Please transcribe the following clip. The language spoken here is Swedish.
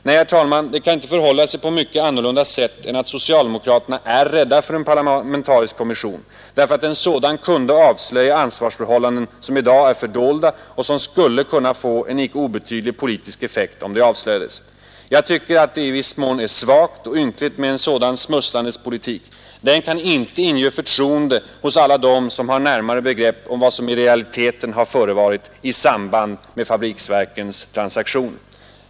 Nej, herr talman, det kan inte förhålla sig på mycket annorlunda sätt än att socialdemokraterna är rädda för en parlamentarisk kommission, därför att en sådan kunde avslöja ansvarsförhållanden som i dag är fördolda och som skulle kunna få en icke obetydlig politisk effekt om de avslöjades. Jag tycker att det är svagt och ynkligt med en sådan smusslandets politik. Den kan inte inge förtroende hos alla dem som har närmare begrepp om vad som i realiteten har förevarit i samband med fabriksverkens transaktioner!